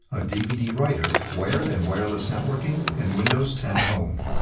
a dvd-writer, wired and wireless networking, and windows ten home.